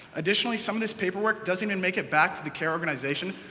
additionally, some of this paperwork doesn't and make it back to the care organization.